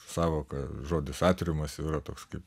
sąvoka žodis atriumas jau yra toks kaip